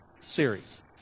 series